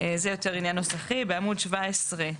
בעמוד 17,